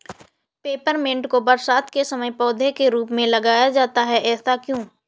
Peppermint को बरसात के समय पौधे के रूप में लगाया जाता है ऐसा क्यो?